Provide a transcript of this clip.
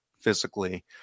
physically